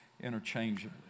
interchangeably